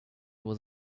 was